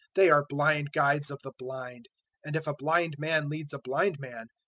they are blind guides of the blind and if a blind man leads a blind man,